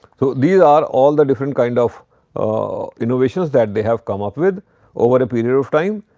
so, these are all the different kind of a innovations that they have come up with over a period of time.